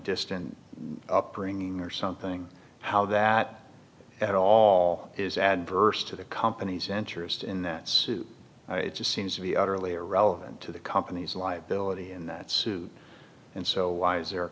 distant upbringing or something how that at all is adverse to the company's interest in that suit it just seems to be utterly irrelevant to the company's liability in that suit and so why is there a